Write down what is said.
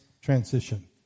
transition